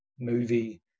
movie